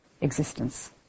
existence